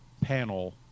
panel